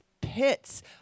pits